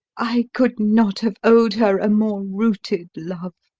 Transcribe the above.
i could not have owed her a more rooted love.